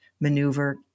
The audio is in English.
maneuver